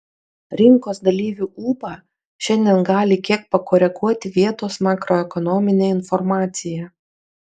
rinkos dalyvių ūpą šiandien gali kiek pakoreguoti vietos makroekonominė informacija